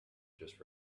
just